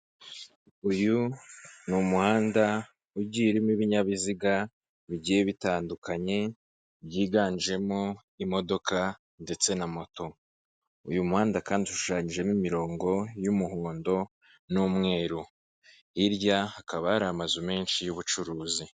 Uyu ni umuhanda ugiye urimo ibinyabiziga bigiye bitandukanye byiganjemo imodoka ndetse na moto, uyu muhanda kandi ushushanyijemo imirongo y'umuhondo n'umweru, hirya hakaba hari amazu menshi y'ubucuruzi.